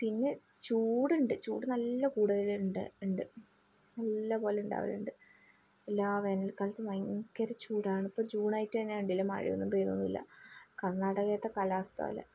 പിന്നെ ചൂടുണ്ട് ചൂട് നല്ല കൂടുതൽ ഉണ്ട് ഉണ്ട് നല്ല പോലെ ഉണ്ടാവലുണ്ട് എല്ലാ വേനൽക്കാലത്തും ഭയങ്കര ചൂടാണ് ഇപ്പം ചൂടായിട്ട് തന്നെ കണ്ടില്ലെ മഴയൊന്നും പെയ്യുന്നില്ല കർണാടകയിലത്തെ കാലാവസ്ഥ പോലെ